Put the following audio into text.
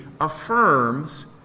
affirms